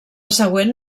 següent